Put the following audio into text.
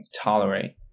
tolerate